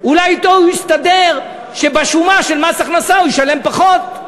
אולי אתו הוא יסתדר שבשומה של מס הכנסה הוא ישלם פחות?